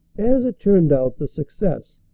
as it turned out, the success,